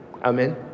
Amen